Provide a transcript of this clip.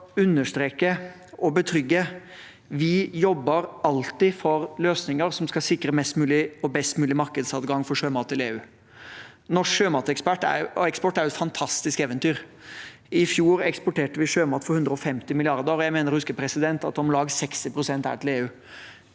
altså understreke og betrygge om at vi alltid jobber for løsninger som skal sikre mest mulig og best mulig markedsadgang for sjømat til EU. Norsk sjømateksport er jo et fantastisk eventyr. I fjor eksporterte vi sjømat for 150 mrd. kr, og jeg mener å huske at om lag 60 pst. er til EU